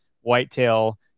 whitetail